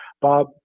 Bob